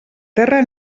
terra